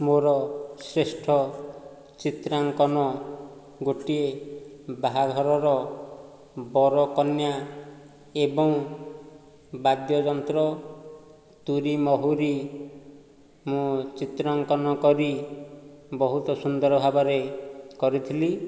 ମୋର ଶ୍ରେଷ୍ଠ ଚିତ୍ରାଙ୍କନ ଗୋଟିଏ ବାହାଘରର ବରକନ୍ୟା ଏବଂ ବାଦ୍ୟଯନ୍ତ୍ର ତୂରୀମହୁରୀ ମୁଁ ଚିତ୍ରାଙ୍କନ କରି ବହୁତ ସୁନ୍ଦର ଭାବରେ କରିଥିଲି